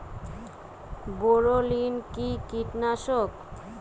বায়োলিন কি কীটনাশক?